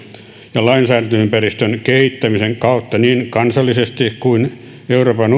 ja lainsäädäntöympäristön kehittämisen kautta niin kansallisesti kuin euroopan